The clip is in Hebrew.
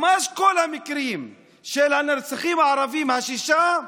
ממש כל המקרים של הנרצחים הערבים, השישה,